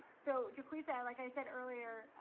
so decrease, add, like i said earlier,